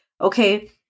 okay